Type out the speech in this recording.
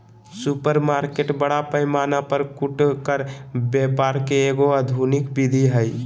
supermarket बड़ा पैमाना पर फुटकर व्यापार के एगो आधुनिक विधि हइ